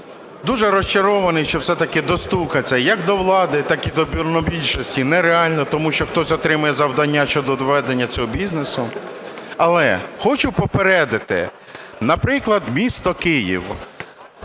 Дуже розчарований, що все-таки достукатися як до влади, так і до монобільшості нереально, тому що хтось отримує завдання щодо ведення цього бізнесу. Але, хочу попередити, наприклад, місто Київ